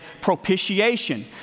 propitiation